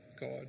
God